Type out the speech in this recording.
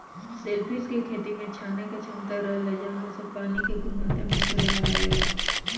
shellfish के खेती में छाने के क्षमता रहेला जवना से पानी के गुणवक्ता में सुधार अवेला